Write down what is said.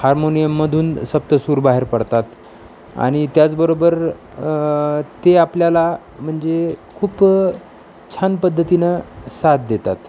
हार्मोनियममधून सप्तसूर बाहेर पडतात आणि त्याचबरोबर ते आपल्याला म्हणजे खूप छान पद्धतीनं साथ देतात